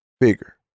bigger